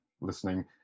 listening